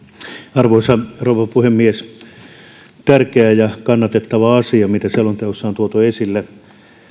arvoisa rouva puhemies tärkeä ja kannatettava asia mitä selonteossa on tuotu esille